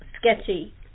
sketchy